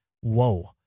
whoa